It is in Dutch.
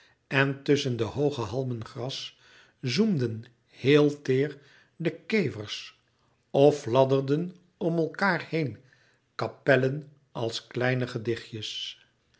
en tusschen de hooge halmen gras zoemden heel teêr de kevers of fladderden om elkaâr heen kapellen als kleine gedichtjes